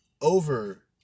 over